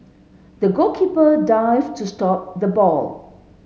the goalkeeper dived to stop the ball